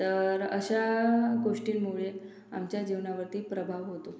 तर अशा गोष्टींमुळे आमच्या जीवनावरती प्रभाव होतो